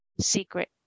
secret